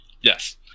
Yes